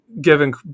given